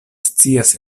scias